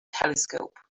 telescope